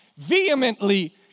vehemently